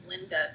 Linda